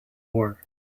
war